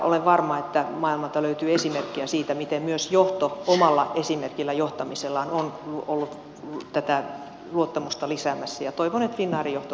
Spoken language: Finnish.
olen varma että maailmalta löytyy esimerkkejä siitä miten myös johto omalla esimerkillä johtamisellaan on ollut tätä luottamusta lisäämässä ja toivon että finnairin johto toimii tämän mukaan